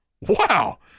Wow